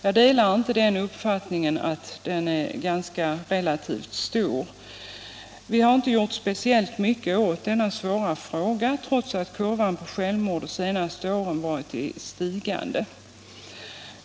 Jag delar inte uppfattningen att forskningen är relativt stor. Vi har inte gjort speciellt mycket åt denna svåra fråga, trots att kurvan för självmord de senaste åren varit stigande.